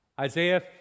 Isaiah